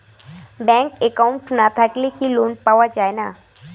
Bank account না থাকিলে কি লোন পাওয়া য়ায়?